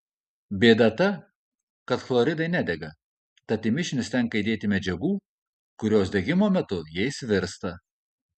bėda ta kad chloridai nedega tad į mišinius tenka įdėti medžiagų kurios degimo metu jais virsta